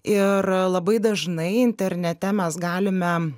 ir labai dažnai internete mes galime